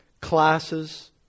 classes